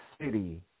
city